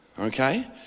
Okay